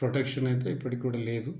protection అయితే ఇప్పటికీ కూడా లేదు